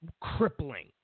crippling